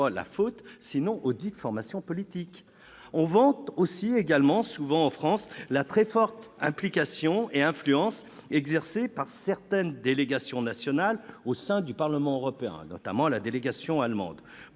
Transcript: la faute, sinon auxdites formations politiques ? On vante aussi souvent, en France, la très forte implication et l'influence exercée par certaines délégations nationales au sein du Parlement européen, notamment la délégation allemande.